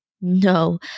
No